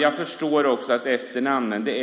Jag förstår också att det